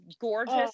gorgeous